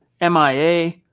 MIA